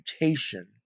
mutation